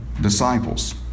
disciples